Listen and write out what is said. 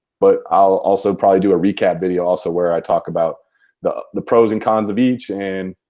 but i'll also probably do a recap video also where i talk about the the pros and cons of each and